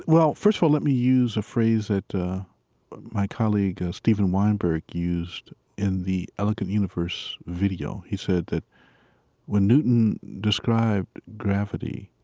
well, first of all, let me use a phrase that my colleague steven weinberg used in the elegant universe video. he said that when newton described gravity,